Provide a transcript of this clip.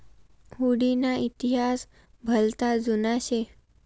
हुडी ना इतिहास भलता जुना शे